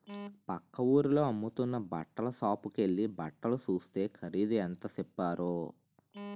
పక్క వూరిలో అమ్ముతున్న బట్టల సాపుకెల్లి బట్టలు సూస్తే ఖరీదు ఎంత సెప్పారో